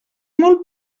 molt